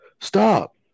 stop